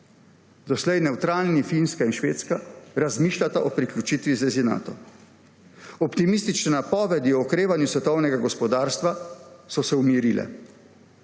Doslej nevtralni Finska in Švedska razmišljata o priključitvi zvezi Nato. Optimistične napovedi o okrevanju svetovnega gospodarstva so se umirile.